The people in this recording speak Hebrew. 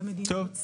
זה מדיניות שרה.